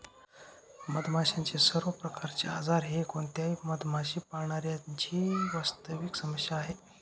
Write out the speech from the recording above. मधमाशांचे सर्व प्रकारचे आजार हे कोणत्याही मधमाशी पाळणाऱ्या ची वास्तविक समस्या आहे